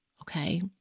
okay